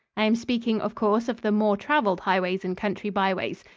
i am speaking, of course, of the more traveled highways and country byways.